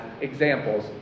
examples